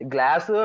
Glass